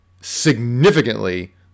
significantly